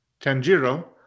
Tanjiro